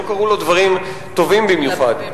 לא קרו לו דברים טובים במיוחד.